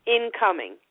incoming